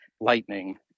lightning